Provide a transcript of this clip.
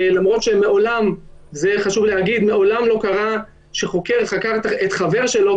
למרות שמעולם לא קרה שחוקר חקר את חבר שלו,